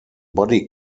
body